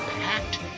packed